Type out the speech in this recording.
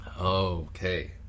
okay